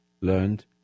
learned